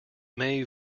may